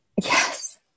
Yes